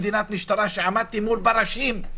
מדינת משטרה כשעמדתי מול פרשים,